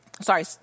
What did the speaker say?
sorry